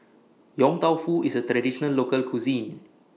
Yong Tau Foo IS A Traditional Local Cuisine